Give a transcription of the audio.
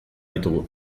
ditugu